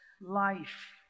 life